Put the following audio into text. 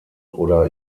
oder